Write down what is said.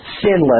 sinless